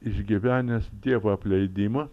išgyvenęs dievo apleidimo